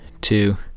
two